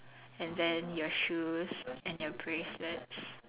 and then your shoes and your bracelets